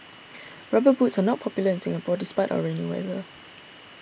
rubber boots are not popular in Singapore despite our rainy weather